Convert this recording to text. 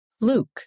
Luke